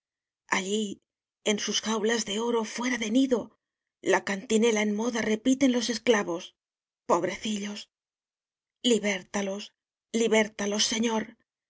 allí en sus jaulas de oro fuera de nido la cantinela en moda repiten los esclavos pobrecillos liberta los liberta los señor